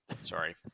Sorry